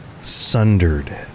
sundered